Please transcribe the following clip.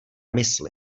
mysli